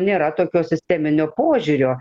nėra tokio sisteminio požiūrio